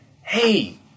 Hey